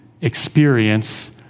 experience